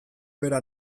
bera